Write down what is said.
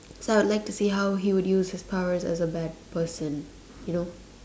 so I would like to see how he would use his powers as a bad person you know